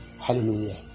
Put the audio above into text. Hallelujah